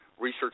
research